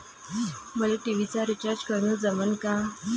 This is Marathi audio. मले टी.व्ही चा रिचार्ज करन जमन का?